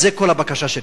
זו כל הבקשה שלי.